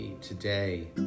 today